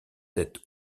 cette